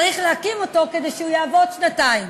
צריך להקים אותו כדי שהוא יעבוד שנתיים,